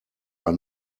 are